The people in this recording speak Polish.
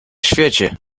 świecie